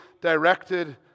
directed